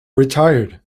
retired